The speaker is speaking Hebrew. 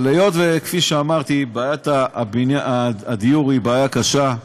אבל היות ש-כפי שאמרתי, בעיית הדיור היא בעיה קשה,